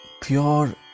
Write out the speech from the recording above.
pure